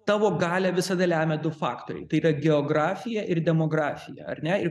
tavo galią visada lemia du faktoriai tai yra geografija ir demografija ar ne ir